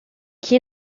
qui